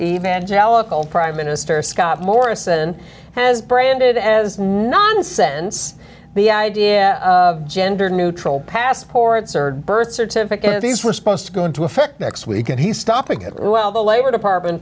evangelical prime minister scott morrison has branded as nonsense be idea of gender neutral passports or birth certificate these were supposed to go into effect next week and he's stopping it well the labor department